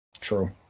True